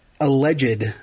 alleged